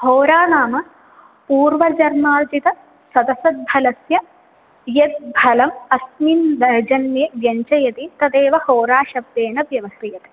होरा नाम पूर्वजन्मार्जितसदसद्फलस्य यत् फलम् अस्मिन् द जन्मे व्यञ्जयति तदेव होराशब्देन व्यवह्रियते